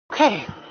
Okay